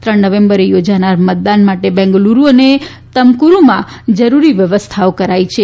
ત્રણ નવેમ્બરે યોજાનાર મતદાન માટે બેંગલુરુ અને તુમકુરુમાં જરૂરી વ્યવસ્થાઓ કરાઇ છે